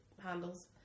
handles